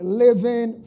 living